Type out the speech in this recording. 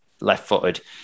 left-footed